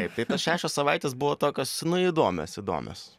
taip tai tos šešios savaitės buvo tokios nu įdomios įdomios